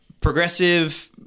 progressive